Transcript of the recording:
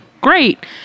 great